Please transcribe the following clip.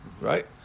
Right